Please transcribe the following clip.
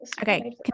Okay